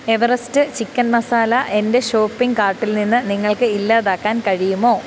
Everest chicken masala എന്റെ shopping കാർട്ടിൽ നിന്ന് നിങ്ങൾക്ക് ഇല്ലാതാക്കാൻ കഴിയുമോ